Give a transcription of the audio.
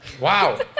Wow